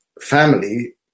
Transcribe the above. Family